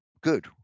good